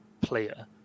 player